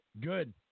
Good